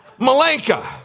Malenka